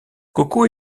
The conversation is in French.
coco